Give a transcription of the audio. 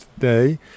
today